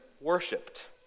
worshipped